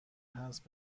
هست